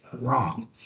wrong